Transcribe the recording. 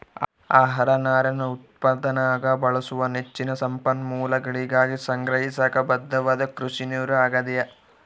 ಆಹಾರ ನಾರಿನ ಉತ್ಪಾದನ್ಯಾಗ ಬಳಸಲು ಹೆಚ್ಚಿನ ಸಂಪನ್ಮೂಲಗಳಿಗಾಗಿ ಸಂಗ್ರಹಿಸಾಕ ಬದ್ಧವಾದ ಕೃಷಿನೀರು ಆಗ್ಯಾದ